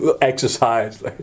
Exercise